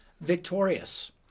victorious